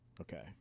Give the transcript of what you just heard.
Okay